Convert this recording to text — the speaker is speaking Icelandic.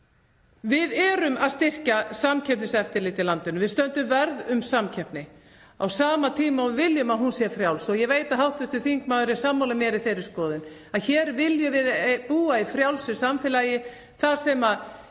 Við erum að styrkja samkeppniseftirlit í landinu, við stöndum vörð um samkeppni á sama tíma og við viljum að hún sé frjáls. Ég veit að hv. þingmaður er sammála mér í þeirri skoðun að hér viljum við búa í frjálsu samfélagi þar sem